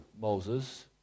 Moses